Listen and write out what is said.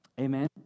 Amen